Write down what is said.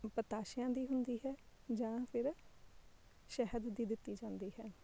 ਪਤਾਸ਼ਿਆਂ ਦੀ ਹੁੰਦੀ ਹੈ ਜਾਂ ਫਿਰ ਸ਼ਹਿਦ ਦੀ ਦਿੱਤੀ ਜਾਂਦੀ ਹੈ